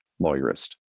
lawyerist